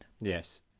Yes